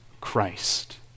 Christ